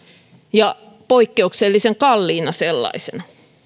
ja poikkeuksellisen kalliina sellaisena